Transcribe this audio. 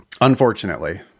Unfortunately